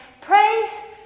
Praise